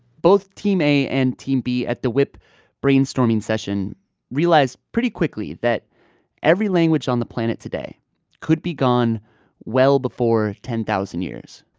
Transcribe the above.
both team a and team b at the wipp brainstorming session realized quickly that every language on the planet today could be gone well before ten thousand years.